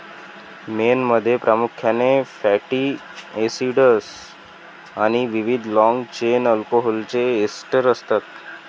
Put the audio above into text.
मेणमध्ये प्रामुख्याने fatty acids आणि विविध लाँग चेन अल्कोहोलचे एस्टर असतात